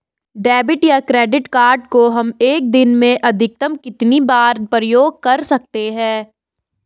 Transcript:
Debit या credit card को हम एक दिन में अधिकतम कितनी बार प्रयोग कर सकते हैं?